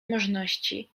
możności